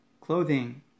clothing